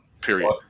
period